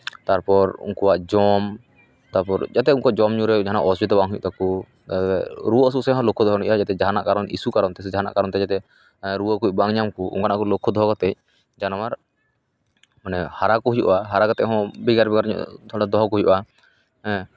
ᱛᱟᱨᱯᱚᱨ ᱩᱱᱠᱩᱣᱟᱜ ᱡᱚᱢ ᱛᱟᱨᱯᱚᱨ ᱡᱟᱛᱮ ᱩᱱᱠᱩᱣᱟᱜ ᱡᱚᱢᱼᱧᱩ ᱨᱮ ᱡᱟᱦᱟᱱᱟᱜ ᱚᱥᱩᱵᱤᱫᱷᱟ ᱵᱟᱝ ᱦᱩᱭᱩᱜ ᱛᱟᱠᱚ ᱨᱩᱣᱟᱹ ᱦᱟᱹᱥᱩ ᱥᱮᱫ ᱦᱚᱸ ᱞᱚᱠᱠᱷᱚ ᱫᱚᱦᱚᱭ ᱦᱩᱭᱩᱜᱼᱟ ᱡᱟᱛᱮ ᱡᱟᱦᱟᱱᱟᱜ ᱠᱟᱨᱚᱱ ᱤᱥᱩ ᱠᱟᱨᱚᱱ ᱛᱮ ᱥᱮ ᱡᱟᱦᱟᱱᱟᱜ ᱠᱟᱨᱚᱱ ᱛᱮ ᱡᱟᱛᱮ ᱨᱩᱣᱟᱹ ᱠᱚ ᱵᱟᱝ ᱧᱟᱢ ᱠᱚ ᱚᱱᱠᱟᱱᱟᱜ ᱟᱵᱚ ᱞᱚᱠᱠᱷᱚ ᱫᱚᱦᱚ ᱠᱟᱛᱮᱫ ᱡᱟᱱᱣᱟᱨ ᱢᱟᱱᱮ ᱦᱟᱨᱟ ᱠᱚ ᱦᱩᱭᱩᱜᱼᱟ ᱦᱟᱨᱟ ᱠᱟᱛᱮᱫ ᱦᱚᱸ ᱵᱷᱮᱜᱟᱨ ᱵᱷᱮᱜᱟᱨ ᱧᱚᱜ ᱛᱷᱚᱲᱟ ᱫᱚᱦᱚ ᱠᱚ ᱦᱩᱭᱩᱜᱼᱟ ᱦᱮᱸ